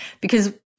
Because-